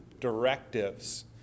directives